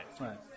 Right